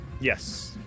Yes